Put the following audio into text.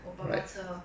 我爸爸车